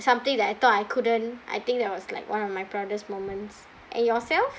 something that I thought I couldn't I think that was like one of my proudest moments and yourself